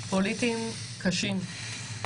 פוליטיים קשים.